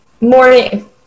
morning